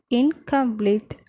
incomplete